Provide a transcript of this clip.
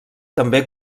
també